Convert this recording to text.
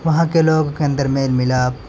وہاں کے لوگوں کے اندر میل ملاپ